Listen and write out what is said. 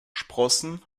sprossen